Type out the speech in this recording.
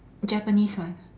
Japanese one